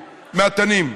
מהתנים.